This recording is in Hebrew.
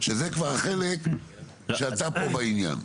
שזה כבר חלק שאתה פה בעניין.